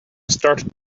started